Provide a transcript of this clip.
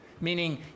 meaning